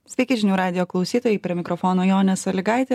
sveiki žinių radijo klausytojai prie mikrofono jonė sąlygaitė